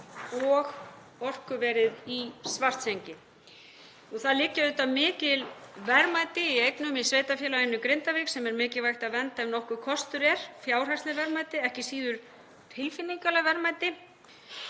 og orkuverið í Svartsengi. Það liggja auðvitað mikil verðmæti í eignum í sveitarfélaginu Grindavík sem er mikilvægt að vernda ef nokkur kostur er, fjárhagsleg verðmæti og ekki síður tilfinningaleg verðmæti,